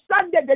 Sunday